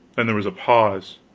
then there was a pause,